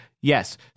Yes